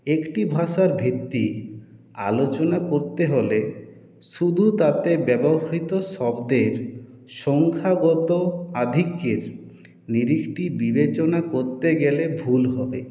একটি ভাষার ভিত্তি আলোচনা করতে হলে শুধু তাতে ব্যবহৃত শব্দের সংখ্যাগত আধিক্যের নিরিখটি বিবেচনা করতে গেলে ভুল হবে